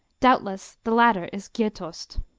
doubtless the latter is gjetost.